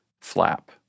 flap